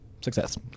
Success